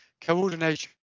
coordination